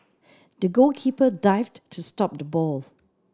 the goalkeeper dived to stop the ball